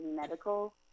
medical